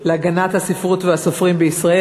להגנת הספרות והסופרים בישראל.